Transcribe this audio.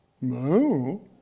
No